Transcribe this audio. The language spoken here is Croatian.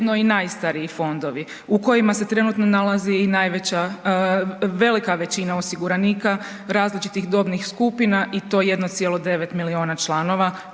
i najstariji fondovi u kojima se trenutno nalaze i najveća, velika većina osiguranika različitih dobnih skupina i to 1,9 milijuna članova